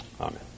Amen